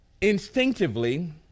instinctively